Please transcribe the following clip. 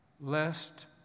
lest